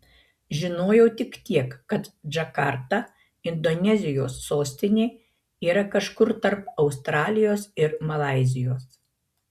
žinojau tik tiek kad džakarta indonezijos sostinė yra kažkur tarp australijos ir malaizijos